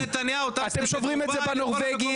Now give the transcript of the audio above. כשנתניהו טס --- אתם שוברים שיא בנורבגי,